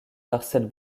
parcelle